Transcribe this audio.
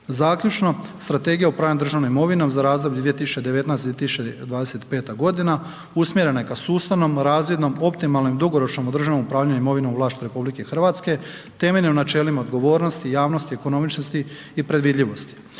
Zaključno, Strategija upravljanja državnom imovinom za razdoblje 2019./2025. godina usmjerena je ka sustavnom, razvidnom, optimalnom i dugoročnom održivom upravljanju imovinom u vlasništvu RH, temeljenim načelima odgovornosti, javnosti, ekonomičnosti i predvidljivosti.